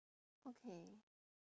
okay